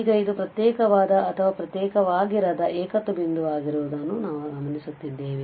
ಈಗ ಇದು ಪ್ರತ್ಯೇಕವಾದ ಅಥವಾ ಪ್ರತ್ಯೇಕವಾಗಿರದ ಏಕತ್ವ ಬಿಂದುವಾಗಿರುವುದನ್ನು ನಾವು ಗಮನಿಸುತ್ತೇವೆ